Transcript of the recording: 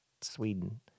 Sweden